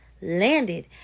landed